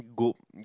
go